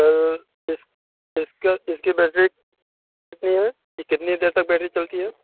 اور اس اس کا اس کی بیٹری کتنی ہے کتنی دیر تک بیٹری چلتی ہے